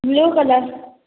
blue colour